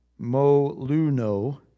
Moluno